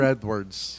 Edwards